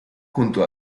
junto